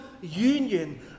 union